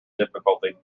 difficulty